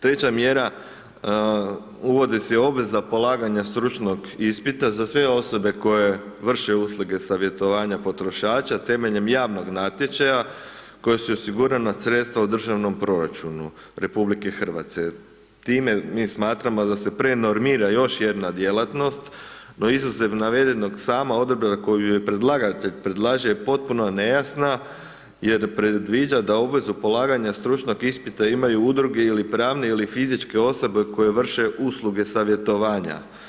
Treća mjera uvodi se obveza polaganja stručnog ispita za sve osobe koje vrše usluge savjetovanja potrošača temeljem javnog natječaja koje su osigurana sredstva u državnom proračunu RH, time mi smatramo da se prenormira još jedna djelatnost no izuzev navedenog sama odredba koju je predlagatelj predlaže je potpuno nejasna jer predviđa da obvezu polaganja stručnog ispita ima udruge ili pravne ili fizičke osobe koje vrše usluge savjetovanja.